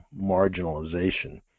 marginalization